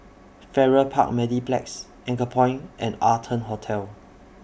Farrer Park Mediplex Anchorpoint and Arton Hotel